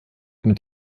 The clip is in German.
mit